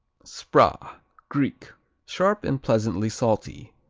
spra greek sharp and pleasantly salty,